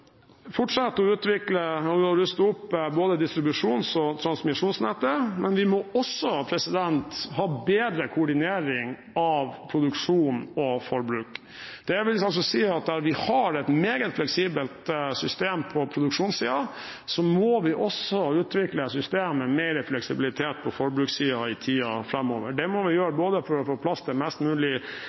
fortsette å utvikle og ruste opp både distribusjons- og transmisjonsnettet, men vi må også ha bedre koordinering av produksjon og forbruk. Det vil altså si at vi har et meget fleksibelt system på produksjonssiden. Så må vi også utvikle et system med mer fleksibilitet på forbrukssiden i tiden framover. Det må vi gjøre for å få plass til mest mulig